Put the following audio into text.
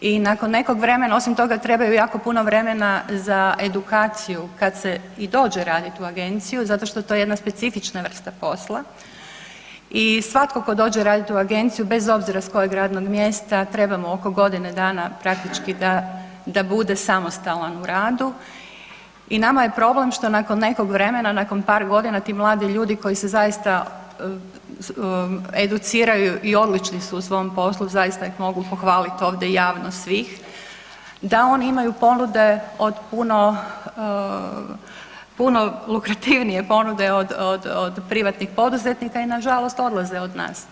I nakon nekog vremena, osim toga trebaju jako puno vremena za edukaciju kad se i dođe radit u agenciju zato što je to jedna specifična vrsta posla i svatko tko dođe radit u agenciju, bez obzira s kojeg radnog mjesta, treba mu oko godine dana praktički da bude samostalan u radu i nama je problem što nakon nekog vremena, nakon par godina ti mladi koji se zaista educiraju i odlični su u svom poslu, zaista ih pohvaliti ovdje javno svih, da oni imaju ponude od puno ... ponude od privatnih poduzetnika i nažalost odlaze od nas.